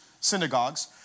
synagogues